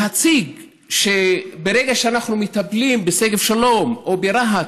להציג שברגע שאנחנו מטפלים בשגב שלום או ברהט,